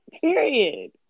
Period